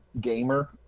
Gamer